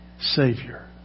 Savior